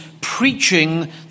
preaching